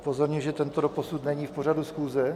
Upozorňuji, že tento doposud není v pořadu schůze.